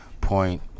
point